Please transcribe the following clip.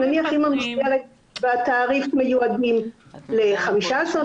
נניח אם המסגרת והתעריף מיועדים ל-15,